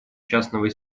частного